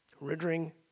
Rendering